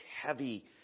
heavy